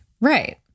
Right